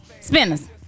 Spinners